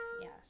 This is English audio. Yes